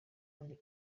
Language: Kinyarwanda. kuri